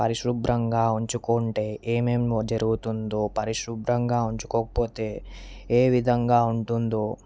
పరిశుభ్రంగా ఉంచుకుంటే ఏమేం జరుగుతుందో పరిశుభ్రంగా ఉంచుకోకపోతే ఏ విధంగా ఉంటుందో